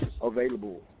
available